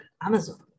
amazon